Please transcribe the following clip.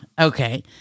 Okay